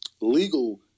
legal